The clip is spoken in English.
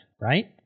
right